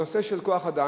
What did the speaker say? נושא של כוח-אדם.